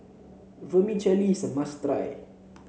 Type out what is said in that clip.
vermicelli is a must try